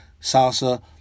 salsa